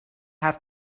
have